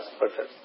hospital